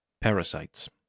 Parasites